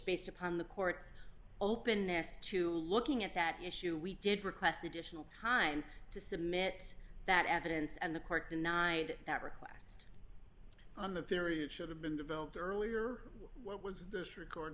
based upon the court's openness to looking at that issue we did request additional time to submit that evidence and the court denied that request on the theory it should have been developed earlier what was this record